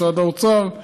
משרד האוצר,